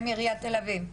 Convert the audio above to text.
זה מעיריית תל אביב?